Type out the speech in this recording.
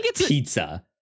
pizza